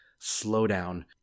slowdown